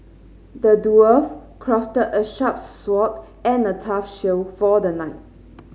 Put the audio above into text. the dwarf crafted a sharp sword and a tough shield for the knight